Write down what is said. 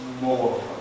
more